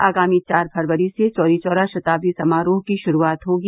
आगामी चार फरवरी से चौरी चौरा शताब्दी समारोह की शुरूआत होगी